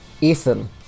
Ethan